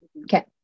Okay